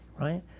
right